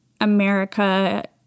America